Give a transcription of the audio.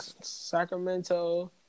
Sacramento